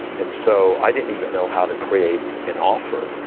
and so i didn't even know how to create an offer.